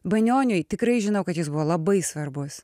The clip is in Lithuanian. banioniui tikrai žinau kad jis buvo labai svarbus